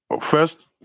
First